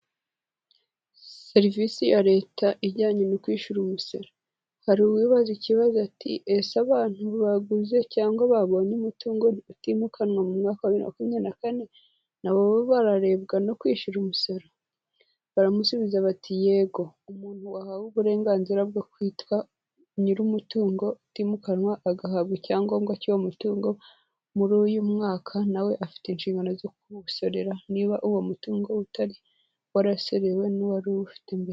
Serivisi ya Leta ijyanye no kwishyura umusoro. Hari uwibaza ikibazo ati ese abantu baguze cyangwa babonye umutungo utimukanwa mu mwaka makumya na kane na bo bararebwa no kwishyura umusoro? Baramusubiza bati yego, umuntu wahawe uburenganzira bwo kwitwa nyiri umutungo utimukanwa, agahabwa icyangombwa cy'uwo mutungo muri uyu mwaka, na we afite inshingano zo kuwusorera niba uwo mutungo utari warasorewe n'uwari uwufite mbere.